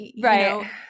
Right